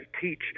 teach